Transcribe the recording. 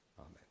Amen